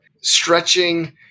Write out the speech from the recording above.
Stretching